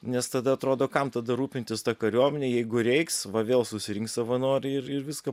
nes tada atrodo kam tada rūpintis ta kariuomene jeigu reiks va vėl susirinks savanoriai ir ir viską